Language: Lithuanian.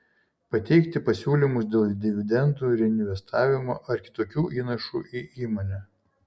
pateikti pasiūlymus dėl dividendų reinvestavimo ar kitokių įnašų į įmonę